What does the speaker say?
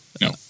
no